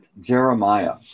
Jeremiah